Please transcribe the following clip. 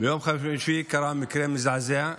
ביום חמישי קרה מקרה מזעזע,